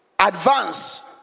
advance